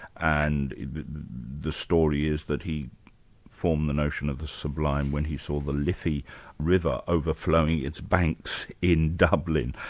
and the story is that he formed the notion of the sublime when he saw the liffey river overflowing its banks in dublin.